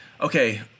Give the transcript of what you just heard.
okay